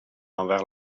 envers